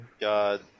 God